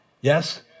Yes